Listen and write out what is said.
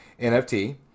NFT